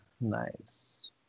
nice